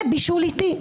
זה בישול איטי.